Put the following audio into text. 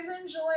enjoy